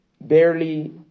Barely